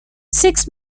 six